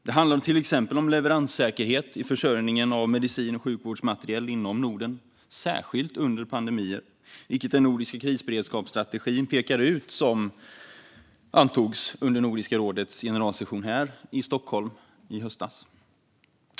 Det handlar till exempel om leveranssäkerhet i försörjningen av medicin och sjukvårdsmateriel inom Norden, särskilt under pandemier, vilket pekas ut i den nordiska krisberedskapsstrategi som antogs under Nordiska rådets generalsession här i Stockholm i höstas.